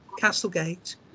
Castlegate